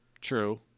True